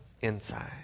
inside